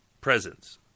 presence